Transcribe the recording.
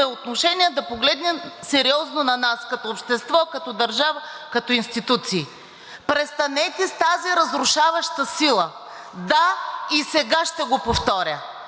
отношение, да погледне сериозно на нас, като общество, като държава, като институции. Престанете с тази разрушаваща сила! Да, и сега ще го повторя.